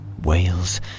whales